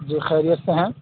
جی خیریت سے ہیں